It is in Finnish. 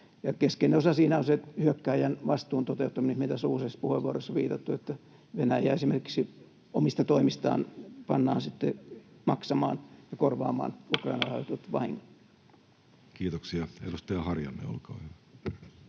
Keskeinen osa siinä on se hyökkääjän vastuun toteuttaminen, mihin tässä on useissa puheenvuoroissa viitattu, että Venäjä esimerkiksi omista toimistaan pannaan sitten maksamaan ja korvaamaan Ukrainalle aiheutetut vahingot. Kiitoksia. — Edustaja Harjanne, olkaa hyvä.